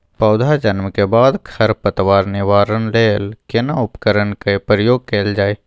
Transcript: पौधा जन्म के बाद खर पतवार निवारण लेल केना उपकरण कय प्रयोग कैल जाय?